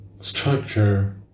structure